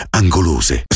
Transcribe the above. angolose